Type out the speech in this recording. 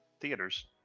theaters